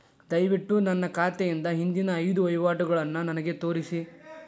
ದಯವಿಟ್ಟು ನನ್ನ ಖಾತೆಯಿಂದ ಹಿಂದಿನ ಐದು ವಹಿವಾಟುಗಳನ್ನು ನನಗೆ ತೋರಿಸಿ